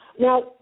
Now